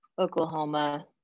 Oklahoma